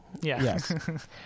Yes